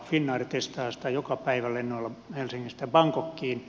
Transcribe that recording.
finnair testaa sitä joka päivä lennoilla helsingistä bangkokiin